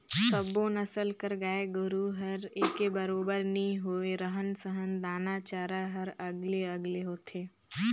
सब्बो नसल कर गाय गोरु हर एके बरोबर नी होय, रहन सहन, दाना चारा हर अलगे अलगे होथे